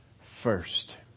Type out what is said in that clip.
first